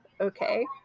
okay